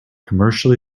commercially